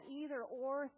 either-or